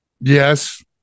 Yes